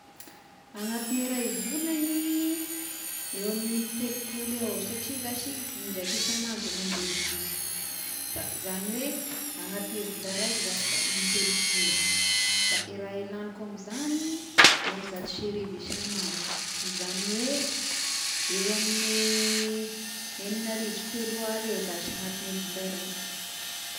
Anatin'ny iray volagny eo amign'ny in-telopolo eo satria zashy indraiky isan'andro mandeha bus, da zany hoe agnatiny vola raika zashy da in-telopolo, da i raha lagniko amin'izany rônzato sy arivo isan'andro izany hoe eo amin'ny egnina arivo sy telo aly eo zashy anaty vola raiky.